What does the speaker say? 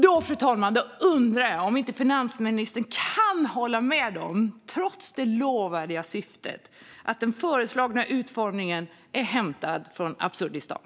Därför undrar jag, fru talman, om inte finansministern kan hålla med om att den föreslagna utformningen, trots det vällovliga syftet, är hämtad från Absurdistan.